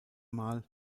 mal